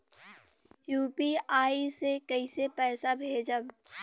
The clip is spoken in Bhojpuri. यू.पी.आई से कईसे पैसा भेजब?